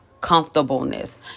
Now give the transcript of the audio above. comfortableness